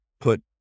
put